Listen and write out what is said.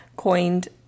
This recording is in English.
coined